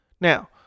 Now